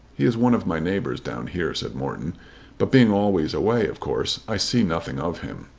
he is one of my neighbours down here, said morton but being always away of course i see nothing of him.